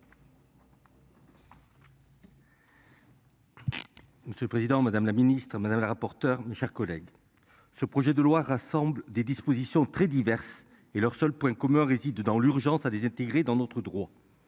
Monsieur le Président Madame la Ministre Madame la rapporteure, mes chers collègues. Ce projet de loi rassemble des dispositions très diverses et leur seul point commun réside dans l'urgence à les intégrer dans notre droit.